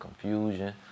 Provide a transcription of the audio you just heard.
confusion